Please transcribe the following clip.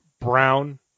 Brown